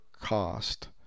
cost